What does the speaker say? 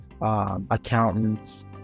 accountants